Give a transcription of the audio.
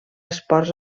esports